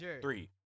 three